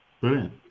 Brilliant